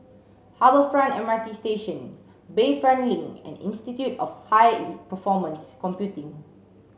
Harbour Front M R T Station Bayfront Link and Institute of High Performance Computing